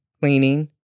cleaning